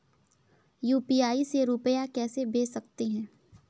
UPI से रुपया कैसे भेज सकते हैं?